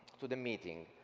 to the meeting.